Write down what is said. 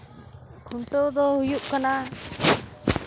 ᱠᱷᱩᱱᱴᱟᱹᱣ ᱫᱚ ᱦᱩᱭᱩᱜ ᱠᱟᱱᱟ